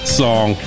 song